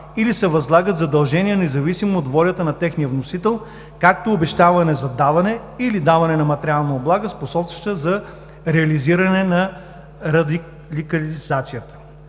или се възлагат задължения, независимо от волята на техния вносител, както обещаване за даване или даване на материална облага, способстваща за реализиране на радикализацията.